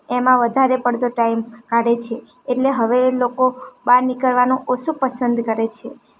એમાં વધારે પડતો ટાઈમ કાઢે છે એટલે હવે એ લોકો બહાર નીકળવાનું ઓછું પસંદ કરે છે